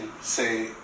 say